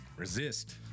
resist